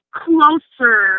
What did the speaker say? closer